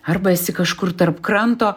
arba esi kažkur tarp kranto